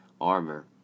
armor